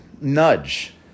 nudge